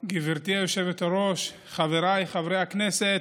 היושבת-ראש, חבריי חברי הכנסת,